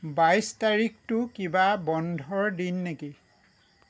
বাইছ তাৰিখটো কিবা বন্ধৰ দিন নেকি